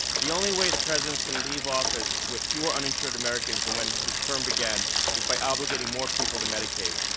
the only way the president is going to leave office with fewer uninsured americans than when his term began is by obligating more people to medicaid.